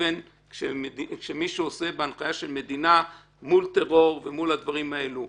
לבין מי שעושה בהנחיה של מדינה מול טרור ומול הדברים האלה.